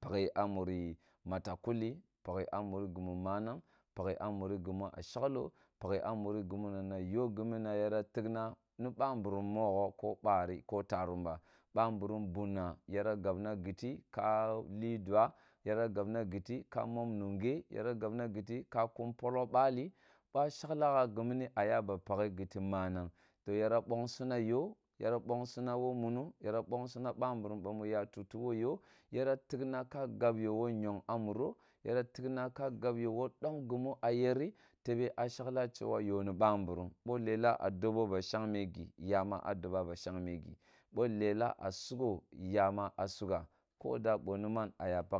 paki a muri mata kulli paghi a muri gumi marang paghi a muri guma na na yo gumanna yenu tigna na ba mburum mogho ko bari ko tarum ba ba mburumm bunna yara gabna giti kali dua yara gabna giti ka mom munge yara gabna giti ka kum polo bali, ba shagla gha gimina yaba pakhe giti manang to yara bongsi yo yara bongsi na wo muo yara bangsi na ba mburum bam ya tutu wo yo yara ta na ka gab yo wo ntong a muro yara tigna ta gabyo wo dom gilmu a yei tebe a shagla shewa yo ni ba mburum bo lela a dobo ba shene gi yama a dobo ba shagme gi lela a sugho yama a sugha ko da bo ni man a ya pateh.